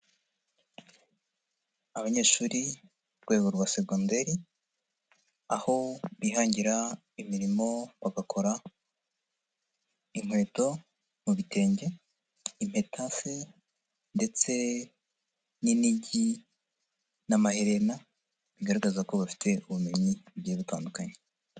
Abanyeshuri urwego rwa segondari, aho bihangira imirimo bagakora inkweto mu bitenge, impeta se ndetse n'inigi n'amahererena, bigaragaza ko bafite ubumenyi bugiye butandukanye.